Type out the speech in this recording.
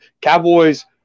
Cowboys